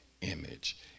image